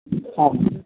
হ্যাঁ